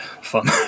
fun